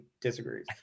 disagrees